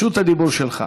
רשות הדיבור שלך.